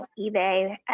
eBay